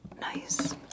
Nice